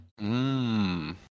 Mmm